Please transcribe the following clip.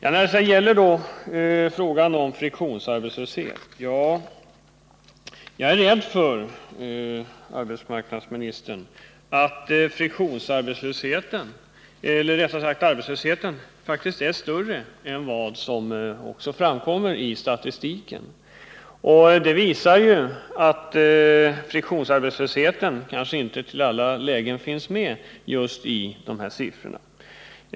Beträffande frågan om friktionsarbetslöshet är jag, herr arbetsmarknadsminister, rädd för att arbetslösheten faktiskt är större än vad som framkommer i statistiken. Friktionsarbetslösheten finns kanske inte alltid med i siffrorna.